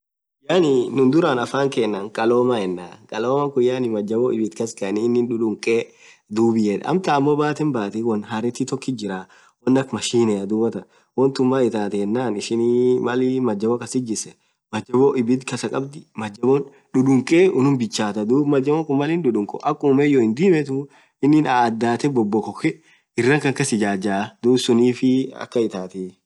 Yaani nuu dhuran afan khenan khalomaa yena khaloma khun yaani majaboo ibdhi kaskhaeni inn dhudhukee dhub yed amtan ammo bathen bathee won harethi tokkit jirah wonn akha machine dhuathan won thun maaan ithathe yenann ishin Mal majabo kasith jissen majabo Ibidhi kass khabdhii majabonn dhudhukee hinn bichathaa dhub majabo khun Mal inn dhudhuko akha umeyyo hidhimithu inni aadhathe bobokhokhe irrana Khan kass ijajja dhub sunnifiii akhan itathiii